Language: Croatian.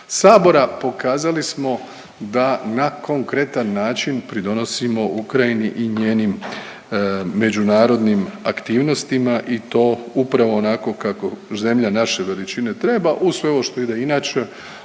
sabora, pokazali smo da na konkretan način pridonosimo Ukrajini i njenim međunarodnim aktivnostima i to upravo onako kako zemlja naše veličine treba, uz sve ovo što ide inače,